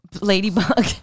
ladybug